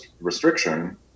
restriction